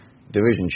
division